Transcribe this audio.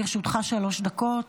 לרשותך שלוש דקות.